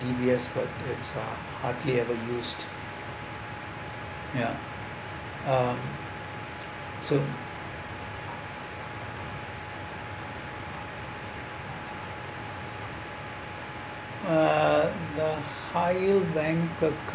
D_B_S but it's uh hardly ever used ya uh so uh the higher bank account